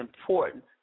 important